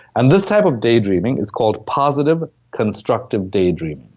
and this type of daydreaming is called positive constructive daydreaming,